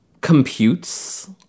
computes